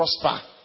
prosper